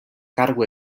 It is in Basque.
kargu